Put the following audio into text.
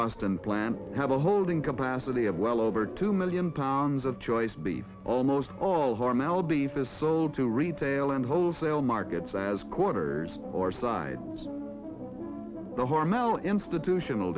austin plant have a holding capacity of well over two million pounds of choice beef almost all hormel beef is sold to retail and wholesale markets as quarters or side the hormel institutional